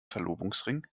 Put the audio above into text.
verlobungsring